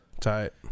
Tight